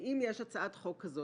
ואם יש הצעת חוק כזו,